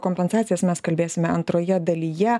kompensacijas mes kalbėsime antroje dalyje